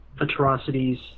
atrocities